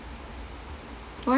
what